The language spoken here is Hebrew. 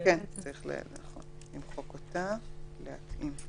צריך למחוק אותה ולהתאים.